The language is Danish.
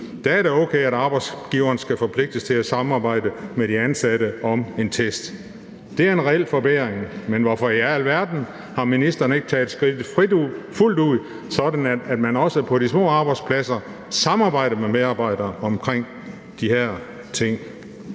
er det okay, at arbejdsgiveren skal forpligtes til at samarbejde med de ansatte om en test. Det er en reel forbedring, men hvorfor i alverden har ministeren ikke taget skridtet fuldt ud, sådan at man også på de små arbejdspladser samarbejder med medarbejderne om de her ting?